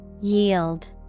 Yield